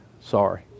sorry